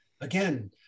again